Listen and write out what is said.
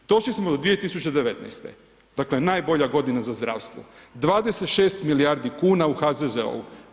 Došli smo do 2019., dakle najbolja godina za zdravstvo, 26 milijardi kuna u HZZO-a.